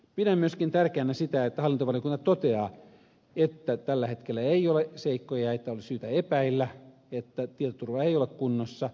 pidän myöskin tärkeänä sitä että hallintovaliokunta toteaa että tällä hetkellä ei ole tiedossa sellaisia seikkoja että olisi syytä epäillä että tietoturva ei ole kunnossa